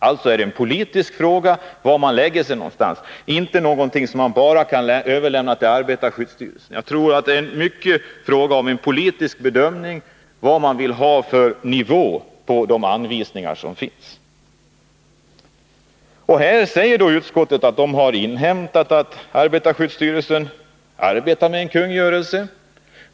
Alltså: det är en politisk fråga var man lägger sig någonstans, inte någonting som man bara kan överlämna till arbetarskyddsstyrelsen. Jag tror att det i mycket är en fråga om en politisk bedömning, vad man vill ha för nivå på de anvisningar som finns. Utskottet säger att det har inhämtat att arbetarskyddsstyrelsen arbetar med en kungörelse.